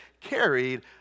carried